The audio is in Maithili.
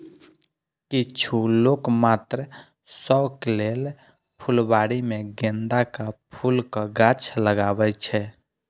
किछु लोक मात्र शौक लेल फुलबाड़ी मे गेंदाक फूलक गाछ लगबै छै